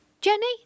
Jenny